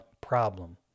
problem